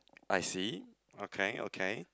I see okay okay